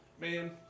man